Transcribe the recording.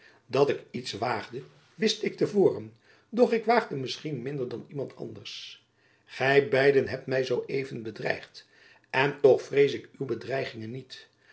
dat ik iets waagde wist ik te voren doch ik waagde misschien minder dan iemand anders gy beiden hebt my zoo even bedreigd en toch vrees ik uw bedreigingen niet